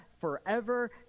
forever